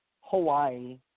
Hawaii